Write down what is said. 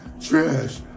trash